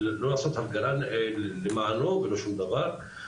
לעשות הפגנה למענו ולא שום דבר.